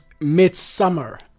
Midsummer